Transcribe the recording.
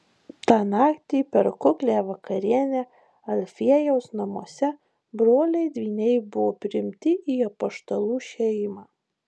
tą naktį per kuklią vakarienę alfiejaus namuose broliai dvyniai buvo priimti į apaštalų šeimą